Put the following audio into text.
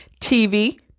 TV